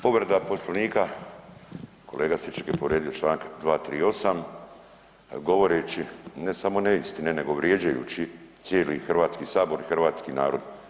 Povreda Poslovnika, kolega Stričak je povrijedio čl. 238. govoreći ne samo neistine nego vrijeđaju cijeli Hrvatski sabor i hrvatski narod.